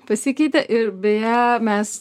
pasikeitė ir beje mes